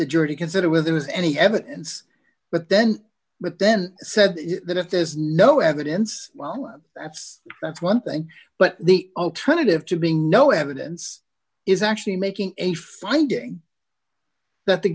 the jury to consider when there was any evidence but then but then said that if there's no evidence well that's that's one thing but the alternative to being no evidence is actually making a finding that the